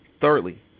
Thirdly